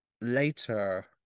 later